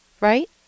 Right